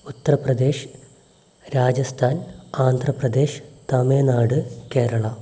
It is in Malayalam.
ഉത്തർപ്രദേശ് രാജസ്ഥാൻ ആന്ധ്രാപ്രദേശ് തമിഴ്നാട് കേരളം